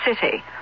City